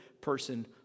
person